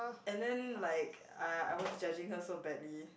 and then like I I was judging her so badly